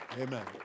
Amen